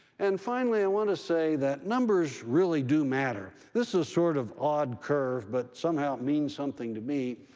and finally, i want to say that numbers really do matter. this is sort of an odd curve, but somehow it means something to me.